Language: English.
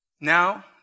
Now